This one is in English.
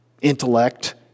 intellect